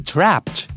Trapped